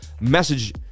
message